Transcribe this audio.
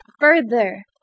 further